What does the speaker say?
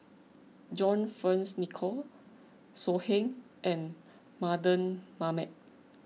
John Fearns Nicoll So Heng and Mardan Mamat